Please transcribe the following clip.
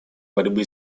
борьбы